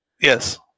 Yes